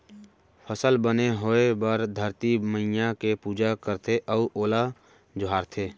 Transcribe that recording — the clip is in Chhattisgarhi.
फसल बने होए बर धरती मईया के पूजा करथे अउ ओला जोहारथे